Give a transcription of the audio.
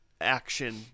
action